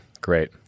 Great